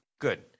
Good